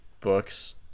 books